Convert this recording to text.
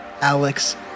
Alex